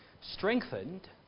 strengthened